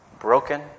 broken